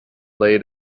laid